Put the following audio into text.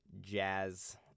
jazz